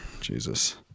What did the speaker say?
Jesus